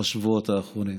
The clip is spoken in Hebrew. בשבועות האחרונים,